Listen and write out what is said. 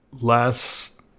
Last